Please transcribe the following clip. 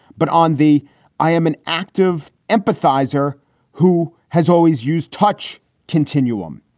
but on the i am an active empathize her who has always used touch continuum.